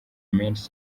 menshi